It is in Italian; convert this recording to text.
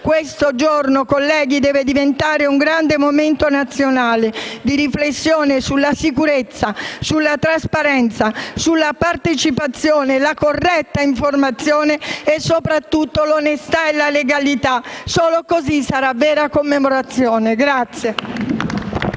questo giorno deve diventare un grande momento nazionale di riflessione su sicurezza, trasparenza, partecipazione, corretta informazione e soprattutto onestà e legalità. Solo così sarà vera commemorazione.